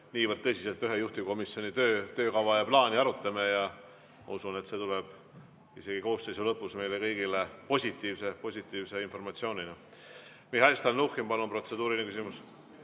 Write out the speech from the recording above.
niivõrd tõsiselt ühe juhtivkomisjoni töökava ja -plaani arutame. Ma usun, et see tuleb isegi koosseisu lõpus meile kõigile positiivse informatsioonina. Mihhail Stalnuhhin, palun, protseduuriline küsimus!